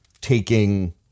taking